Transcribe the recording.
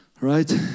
Right